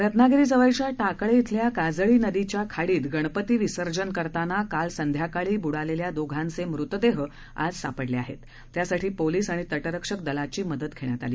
रत्नागिरीजवळच्या टाकळव्विल्या काजळी नदीच्या खाडीत गणपती विसर्जन करताना काल संध्याकाळी ब्डालल्या दोघांचम्तितदह् आज सापडलखिाहप्त त्यासाठी पोलीस आणि तटरक्षक दलाची मदत घष्यित आली